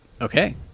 okay